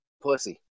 pussy